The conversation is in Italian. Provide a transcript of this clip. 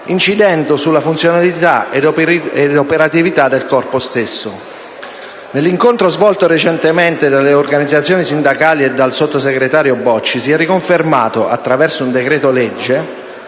incidendo sulla funzionalità e l'operatività del Corpo stesso. Nell'incontro svolto recentemente dalle organizzazioni sindacali con il sottosegretario Bocci sì è riconfermato, con un decreto‑legge,